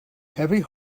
heavy